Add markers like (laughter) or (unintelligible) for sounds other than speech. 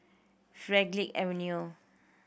(unintelligible) Avenue